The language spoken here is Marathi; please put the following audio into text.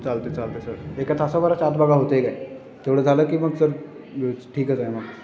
चालतं आहे चालतं आहे सर एका तासाभराच्या आत बघा होतं आहे काय तेवढं झालं की मग जर ठीकच आहे मग